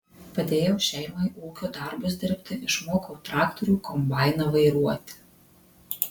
padėjau šeimai ūkio darbus dirbti išmokau traktorių kombainą vairuoti